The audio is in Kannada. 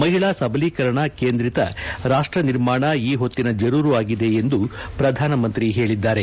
ಮಹಿಳಾ ಸಬಲೀಕರಣ ಕೇಂದ್ರೀತ ರಾಷ್ವ ನಿರ್ಮಾಣ ಈ ಹೊತ್ತಿನ ಜರೂರು ಆಗಿದೆ ಎಂದು ಪ್ರಧಾನಿ ಹೇಳಿದ್ದಾರೆ